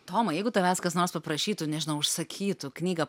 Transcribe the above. tomai jeigu tavęs kas nors paprašytų nežinau užsakytų knygą